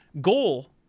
goal